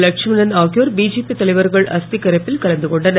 லட்சுமணன் ஆகிய பிஜேபி தலைவர்கள் அஸ்தி கரைப்பில் கலந்து கொண்டனர்